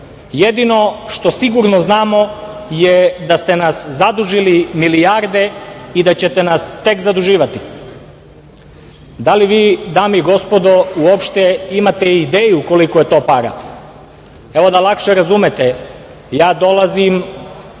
Jedino što sigurno znamo jeste da ste nas zadužili milijarde i da ćete nas tek zaduživati. Da li vi, dame i gospodo, uopšte imate ideju koliko je to para? Da lakše razumete, ja dolazim